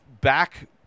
back